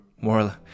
more